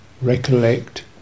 recollect